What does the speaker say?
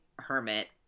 hermit